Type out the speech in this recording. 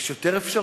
יש יותר אפשרויות,